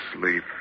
sleep